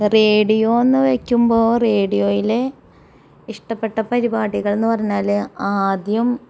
റേഡിയോന്ന് വെയ്ക്കുമ്പോൾ റേഡിയോയിലെ ഇഷ്ടപ്പെട്ട പരിപാടികൾ എന്ന് പറഞ്ഞാല് ആദ്യം